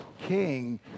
king